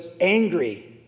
angry